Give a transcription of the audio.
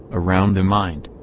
around the mind.